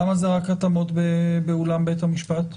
למה זה התאמות רק באולם בית המשפט?